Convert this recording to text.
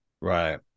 right